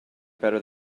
better